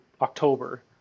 October